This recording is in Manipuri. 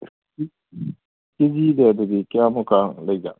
ꯀꯦꯖꯤꯗ ꯑꯗꯨꯗꯤ ꯀꯌꯥꯃꯨꯛꯀ ꯂꯩꯒꯦ